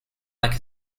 like